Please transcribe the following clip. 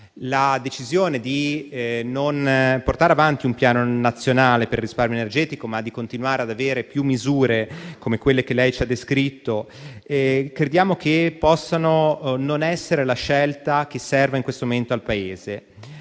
La decisione di non portare avanti un piano nazionale per il risparmio energetico, ma di continuare ad avere più misure, come quelle che lei ci ha descritto, crediamo che non sia la scelta che serve in questo momento al Paese.